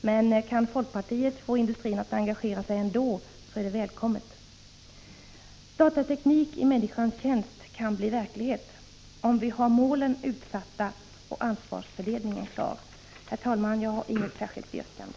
Men kan folkpartiet få industrin att engagera sig ändå, så är det välkommet. Datateknik i människans tjänst kan bli verklighet, om vi har målen utsatta och ansvarsfördelningen klar. Herr talman! Jag har inget särskilt yrkande.